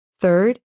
Third